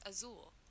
Azul